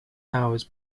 hours